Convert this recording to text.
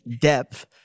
depth